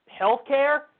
healthcare